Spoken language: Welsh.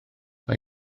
mae